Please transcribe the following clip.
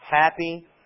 happy